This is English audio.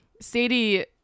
Sadie